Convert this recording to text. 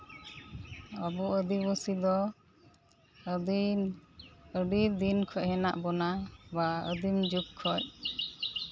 ᱟᱵᱚ ᱟᱹᱫᱤᱵᱟᱹᱥᱤ ᱫᱚ ᱟᱹᱫᱤᱢ ᱟᱹᱰᱤ ᱫᱤᱱ ᱠᱷᱚᱱ ᱢᱮᱱᱟᱜ ᱵᱚᱱᱟ ᱵᱟ ᱟᱹᱫᱤᱢ ᱡᱩᱜᱽ ᱠᱷᱚᱱ